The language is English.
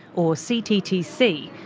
or cttc,